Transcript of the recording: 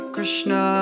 Krishna